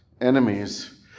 enemies